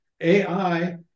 AI